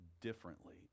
differently